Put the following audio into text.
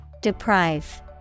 deprive